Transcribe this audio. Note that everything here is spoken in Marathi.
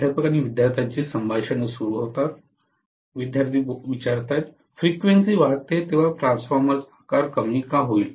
प्राध्यापक विद्यार्थ्यांची संभाषण सुरू होते विद्यार्थीः फ्रीक्वेंसी वाढते तेव्हा ट्रान्सफॉर्मरचा आकार कमी का होईल